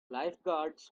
lifeguards